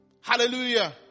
Hallelujah